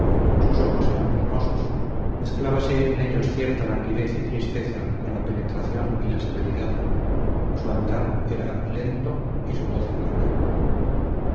sus ojos eran hermosos mezclábase en ellos cierta languidez y tristeza con la penetración y la severidad su andar era lento y su voz flaca